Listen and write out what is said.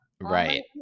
right